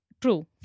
true